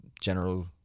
general